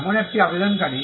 এখন এটি আবেদনকারী